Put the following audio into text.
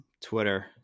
Twitter